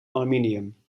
aluminium